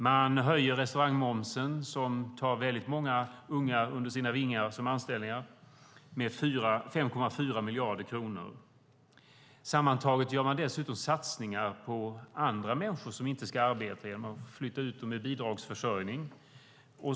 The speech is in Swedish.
Man höjer restaurangmomsen - restaurangbranschen tar väldigt många unga under sina vingar genom anställningar - med 5,4 miljarder kronor. Dessutom gör man satsningar på andra människor som inte ska arbeta genom att föra över dem i bidragsförsörjning.